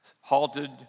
halted